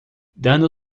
dano